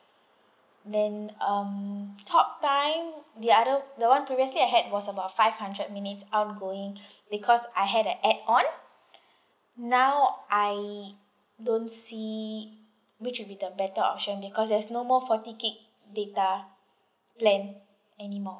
then um talk time the other the one previously I had was about five hundred minutes on going because I had a add on now I don't see which will be the better option because there's no more forty gigabyte data plan anymore